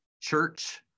church